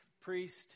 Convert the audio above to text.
priest